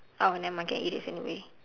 oh never mind can erase anyway